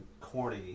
corny